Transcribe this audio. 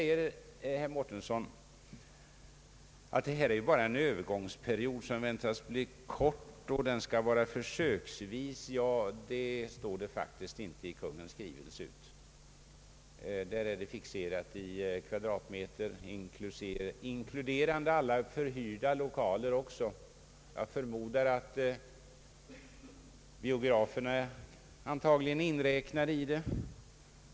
Herr Mårtensson sade att detta bara gäller försöksvis under en övergångsperiod, som väntas bli kort. Ja, så står det faktiskt inte i Kungl. Maj:ts skrivelse. Där är det fixerat i kvadratmeter, inkluderande alla förhyrda lokaler — jag förmodar att biograferna är inräknade.